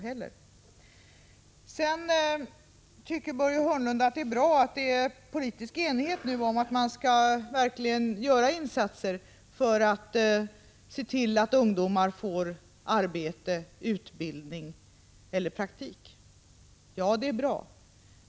Börje Hörnlund tycker att det är bra att det nu råder politisk enighet om att man verkligen skall göra insatser för att se till att ungdomar får arbete, utbildning eller praktik. Ja, det är bra.